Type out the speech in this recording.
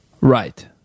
Right